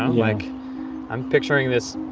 like i'm picturing this